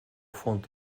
фонд